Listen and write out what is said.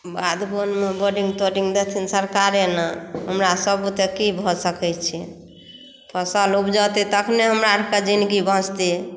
बाध वनमे बोरिंग तोरिंग देथिन सरकारे ने हमरा सभ बुते की भऽ सकै छै फसल उपजौतै तखने हमरा आरकेे जिनगी बचतै